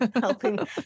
helping